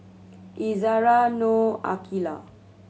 Izzara Noh Aqilah